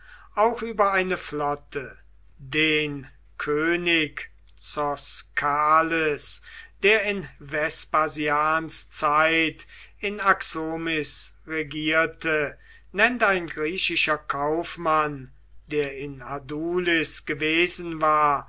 auch über eine flotte den könig zoskales der in vespasians zeit in axomis regierte nennt ein griechischer kaufmann der in adulis gewesen war